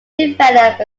develop